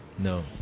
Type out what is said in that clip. No